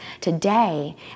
Today